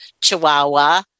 chihuahua